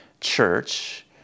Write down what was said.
church